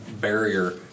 barrier